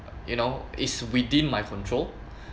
you know is within my control